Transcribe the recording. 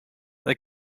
they